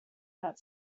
that